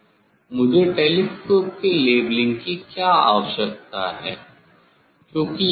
मुझे टेलीस्कोप के लेवलिंग की क्या आवश्यकता है